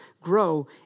grow